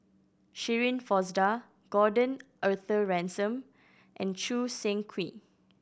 Shirin Fozdar Gordon Arthur Ransome and Choo Seng Quee